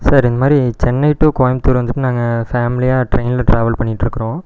sir இந்த மாரி Chennai to Coimbatore வந்துவிட்டு நாங்கள் ஃபேமிலியாக ட்ரெயினில் ட்ராவல் பண்ணிட்டுருக்குறோம்